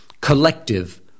collective